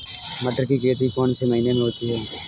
मटर की खेती कौन से महीने में होती है?